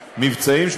מבצעים,